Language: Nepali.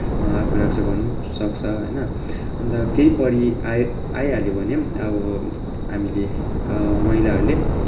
आत्मरक्षा गर्न पनि सक्छ होइन अन्त केही परि आइ आइहाल्यो भने पनि अब हामीले महिलाहरूले